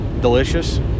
delicious